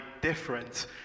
different